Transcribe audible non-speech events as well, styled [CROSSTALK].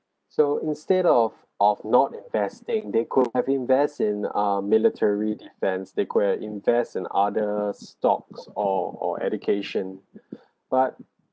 so instead of of not investing they could have invest in uh military defence they could have invest in other stocks or or education [BREATH] but